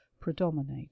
predominate